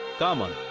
demon?